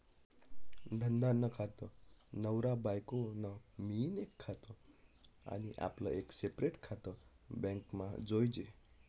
धंदा नं खातं, नवरा बायको नं मियीन एक खातं आनी आपलं एक सेपरेट खातं बॅकमा जोयजे